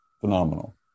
Phenomenal